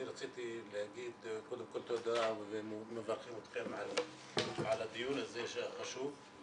רציתי להגיד קודם כל תודה ומברכים אתכם על הדיון הזה החשוב.